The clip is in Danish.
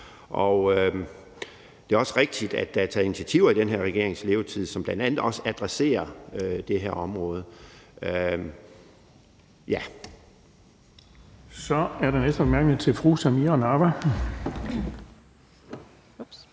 år. Det er også rigtigt, at der er taget initiativer i den her regerings levetid, som bl.a. også adresserer det her område. Kl. 10:13 Den fg. formand